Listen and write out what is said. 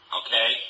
okay